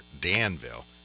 Danville